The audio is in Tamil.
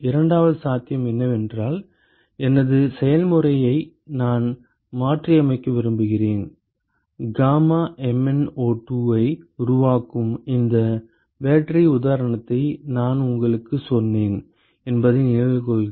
இரண்டாவது சாத்தியம் என்னவென்றால் எனது செயல்முறையை நான் மாற்றியமைக்க விரும்புகிறேன் காமா MnO2 ஐ உருவாக்கும் இந்த பேட்டரி உதாரணத்தை நான் உங்களுக்குச் சொன்னேன் என்பதை நினைவில் கொள்க